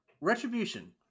Retribution